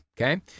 Okay